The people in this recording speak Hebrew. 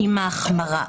עם החמרה.